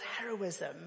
heroism